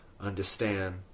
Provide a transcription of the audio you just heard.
understand